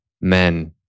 men